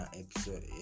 episode